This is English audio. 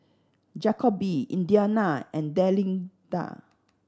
Jacoby Indiana and Delinda